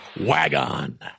WagOn